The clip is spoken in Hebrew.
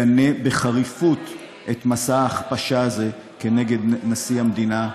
גנה בחריפות את מסע ההכפשה הזה כנגד נשיא המדינה.